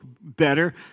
better